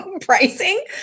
pricing